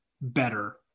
better